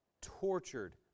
tortured